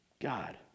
God